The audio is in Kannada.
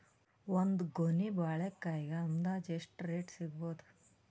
ಒಂದ್ ಗೊನಿ ಬಾಳೆಕಾಯಿಗ ಅಂದಾಜ ರೇಟ್ ಎಷ್ಟು ಸಿಗಬೋದ?